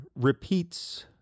repeats